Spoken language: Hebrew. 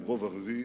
עם רוב ערבי,